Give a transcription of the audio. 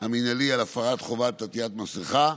המינהלי על הפרת חובת עטיית מסכה,